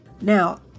Now